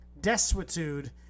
Desuetude